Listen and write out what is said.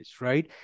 right